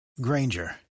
Granger